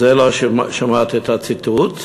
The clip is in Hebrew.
את זה לא שמעתי, את הציטוט הזה,